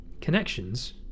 connections